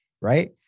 right